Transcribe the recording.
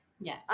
Yes